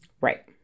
right